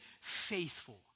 faithful